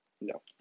No